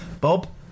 Bob